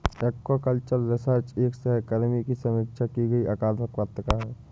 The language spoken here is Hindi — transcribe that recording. एक्वाकल्चर रिसर्च एक सहकर्मी की समीक्षा की गई अकादमिक पत्रिका है